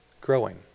growing